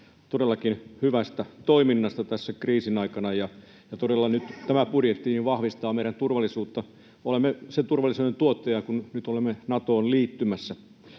todellakin hyvästä toiminnasta tässä kriisin aikana. Todella nyt tämä budjetti vahvistaa meidän turvallisuuttamme. Olemme sen turvallisuuden tuottajia, kun nyt olemme Natoon liittymässä.